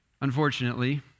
unfortunately